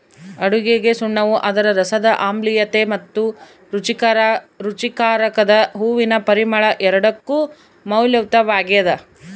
ಅಡುಗೆಗಸುಣ್ಣವು ಅದರ ರಸದ ಆಮ್ಲೀಯತೆ ಮತ್ತು ರುಚಿಕಾರಕದ ಹೂವಿನ ಪರಿಮಳ ಎರಡಕ್ಕೂ ಮೌಲ್ಯಯುತವಾಗ್ಯದ